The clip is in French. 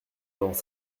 dans